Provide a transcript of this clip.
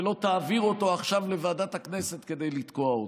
ולא תעביר אותו עכשיו לוועדת הכנסת כדי לתקוע אותו.